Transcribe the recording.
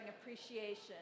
appreciation